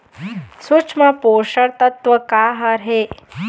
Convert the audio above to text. सूक्ष्म पोषक तत्व का हर हे?